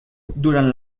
durant